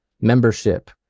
membership